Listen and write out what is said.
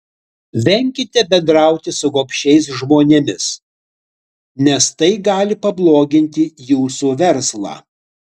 venkite bendrauti su gobšiais žmonėmis nes tai gali pabloginti jūsų verslą